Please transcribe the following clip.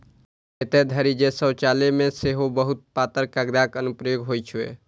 एतय धरि जे शौचालय मे सेहो बहुत पातर कागतक अनुप्रयोग होइ छै